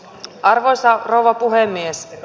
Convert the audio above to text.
arvoisa rouva puhemies